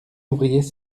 ouvriers